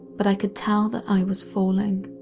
but i could tell that i was falling.